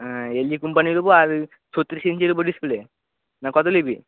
হ্যাঁ LG company নেবো আর ছত্তিরিশ ইঞ্চির উপর ডিসপ্লে না কত নিবি